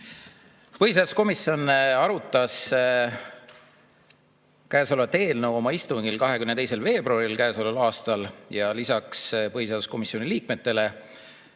Põhiseaduskomisjon arutas eelnõu oma istungil 22. veebruaril käesoleval aastal. Lisaks põhiseaduskomisjoni liikmetele